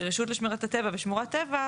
"רשות לשמירת הטבע" ו"שמורת טבע",